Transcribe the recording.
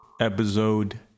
episode